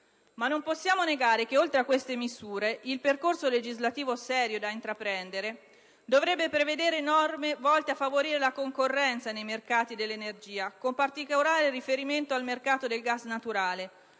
Ma non possiamo negare che oltre a queste misure, il percorso legislativo serio da intraprendere dovrebbe prevedere norme volte a favorire la concorrenza nei mercati dell'energia, con particolare riferimento al mercato del gas naturale